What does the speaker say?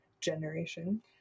generation